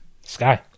Sky